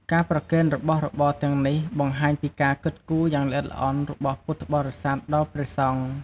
ការប្រគេនរបស់របរទាំងនេះបង្ហាញពីការគិតគូរយ៉ាងល្អិតល្អន់របស់ពុទ្ធបរិស័ទដល់ព្រះសង្ឃ។